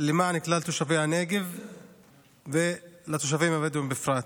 למען כלל תושבי הנגב ולמען התושבים הבדואים בפרט.